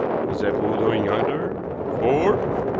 what is that fool doing yonder? fore!